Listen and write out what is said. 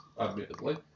admittedly